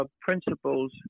principles